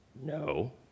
No